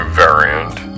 variant